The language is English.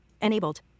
Enabled